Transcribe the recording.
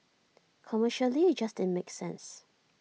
commercially IT just didn't make sense